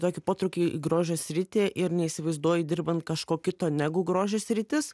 tokį potraukį į grožio sritį ir neįsivaizduoju dirbant kažko kito negu grožio sritis